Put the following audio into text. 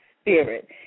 spirit